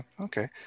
okay